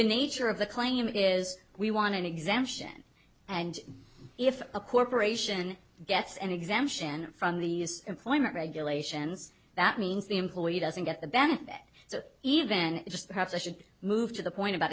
the nature of the claim is we want an exemption and if a corporation gets an exemption from the employment regulations that means the employee doesn't get the benefit so even just perhaps i should move to the point